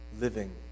living